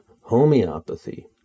homeopathy